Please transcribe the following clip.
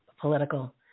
political